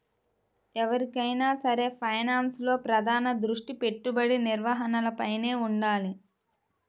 ఎవరికైనా సరే ఫైనాన్స్లో ప్రధాన దృష్టి పెట్టుబడి నిర్వహణపైనే వుండాలి